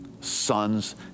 Sons